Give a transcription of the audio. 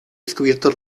descubierto